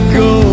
go